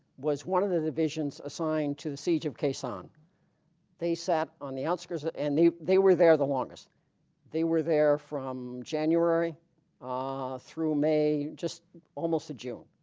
was one of the divisions assigned to the siege of khe sanh they sat on the outskirts and they were there the longest they were there from january ah through may just almost to june